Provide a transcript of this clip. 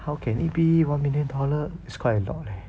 how can it be one million dollar it's quite a lot leh